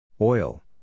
Oil